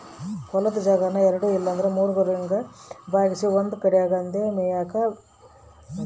ಹೊಲುದ್ ಜಾಗಾನ ಎಲ್ಡು ಇಲ್ಲಂದ್ರ ಮೂರುರಂಗ ಭಾಗ್ಸಿ ಒಂದು ಕಡ್ಯಾಗ್ ಅಂದೇ ಮೇಯಾಕ ಪ್ರಾಣಿಗುಳ್ಗೆ ಬುಡ್ತೀವಿ